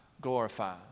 glorify